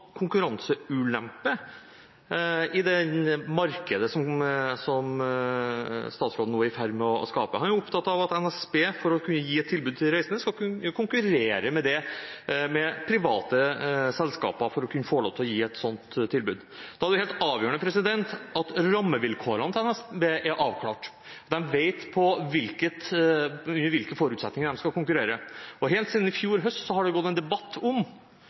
konkurranseulempe i det markedet som statsråden nå er i ferd med å skape. Han er opptatt av at NSB skal kunne konkurrere med private selskaper for å kunne få lov til å gi et tilbud til de reisende. Da er det helt avgjørende at rammevilkårene til NSB er avklart, og at de vet på hvilke forutsetninger de skal konkurrere. Helt siden i fjor høst har det gått en debatt om